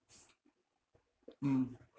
mm